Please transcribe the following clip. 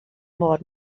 môr